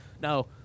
no